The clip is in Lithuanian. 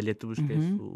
lietuviškai su